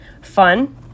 fun